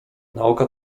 nauka